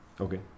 Okay